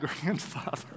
grandfather